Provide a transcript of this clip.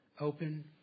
open